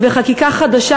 וחקיקה חדשה,